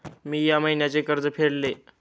मी या महिन्याचे कर्ज फेडले